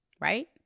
right